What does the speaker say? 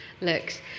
looks